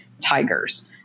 tigers